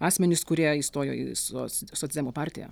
asmenys kurie įstojo į soc socdemų partiją